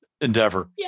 Endeavor